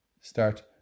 Start